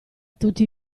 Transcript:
tutti